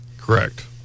Correct